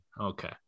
Okay